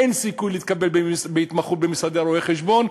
אין סיכוי להתקבל להתמחות במשרדי רואי-חשבון.